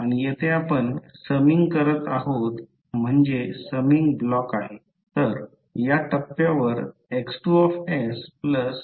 आणि येथे आपण समिंग करत आहोत म्हणजे समिंग ब्लॉक आहे